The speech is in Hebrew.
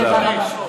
תודה רבה.